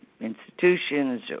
institutions